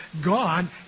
gone